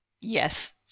Yes